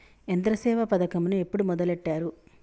యంత్రసేవ పథకమును ఎప్పుడు మొదలెట్టారు?